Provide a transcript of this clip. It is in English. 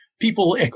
people